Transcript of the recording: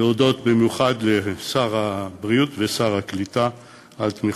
להודות במיוחד לשר הבריאות ולשר העלייה והקליטה על תמיכתם.